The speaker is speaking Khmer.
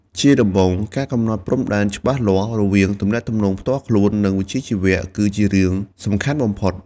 ជាដំបូង ការកំណត់ព្រំដែនច្បាស់លាស់រវាងទំនាក់ទំនងផ្ទាល់ខ្លួន និងវិជ្ជាជីវៈគឺជារឿងសំខាន់បំផុត។